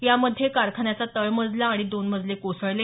यामध्ये कारखान्याचा तळमजला आणि दोन मजले कोसळले